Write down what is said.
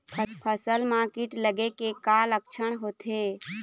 फसल म कीट लगे के का लक्षण होथे?